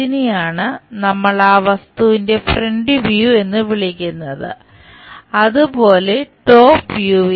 ഇതിനെയാണ് നമ്മൾ ആ വസ്തുവിന്റെ ഫ്രന്റ് വ്യൂ